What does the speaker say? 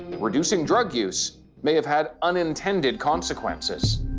reducing drug use may have had unintended consequences.